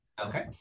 Okay